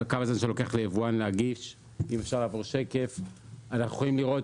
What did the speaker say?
זה הזמן שלוקח ליבואנים להגיש; אנחנו יכולים לראות